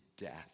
death